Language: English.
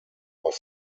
was